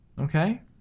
Okay